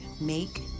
make